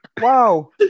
wow